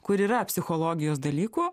kur yra psichologijos dalykų